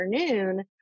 afternoon